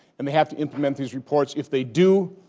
and they have to implement these reports. if they do,